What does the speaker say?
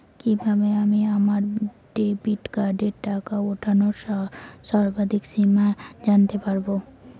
কিভাবে আমি আমার ডেবিট কার্ডের টাকা ওঠানোর সর্বাধিক সীমা জানতে পারব?